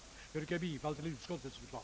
Jag yrkar bifall till utskottets förslag.